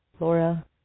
Laura